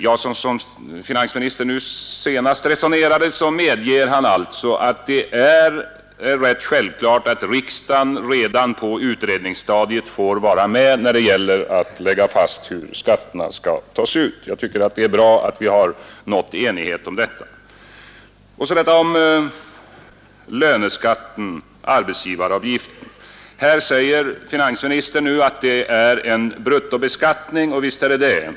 Såsom finansministern senast resonerade medger han ju att det är rätt självklart att riksdagen redan på utredningsstadiet får vara med när det gäller att lägga fast hur skatterna skall tas ut. Jag tycker att det är bra att vi har nått enighet om detta. Beträffande löneskatten-arbetsgivaravgiften säger finansministern nu att det är en bruttobeskattning, och visst är det så.